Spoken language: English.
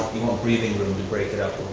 you want breathing room to break it up